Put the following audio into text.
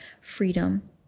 freedom